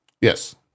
Yes